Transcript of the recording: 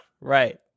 Right